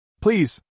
Please